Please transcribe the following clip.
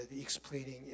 explaining